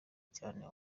cyane